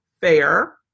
fair